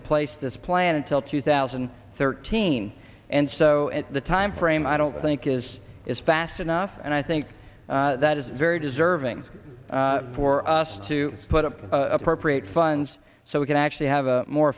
in place this plan until two thousand and thirteen and so at the time frame i don't think is as fast enough and i think that is very deserving for us to put up appropriate funds so we can actually have a more